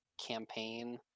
campaign